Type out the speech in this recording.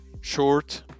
short